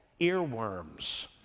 earworms